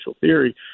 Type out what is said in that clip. theory